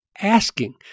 asking